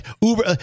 Uber